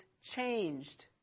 changed